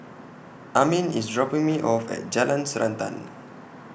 Amin IS dropping Me off At Jalan Srantan